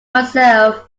myself